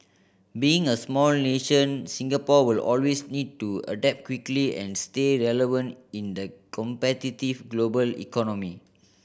being a small nation Singapore will always need to adapt quickly and stay relevant in the competitive global economy